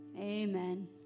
Amen